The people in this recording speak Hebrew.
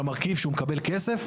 על המרכיב שהוא מקבל כסף,